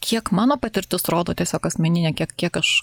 kiek mano patirtis rodo tiesiog asmeninė kiek kiek aš